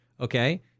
Okay